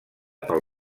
pel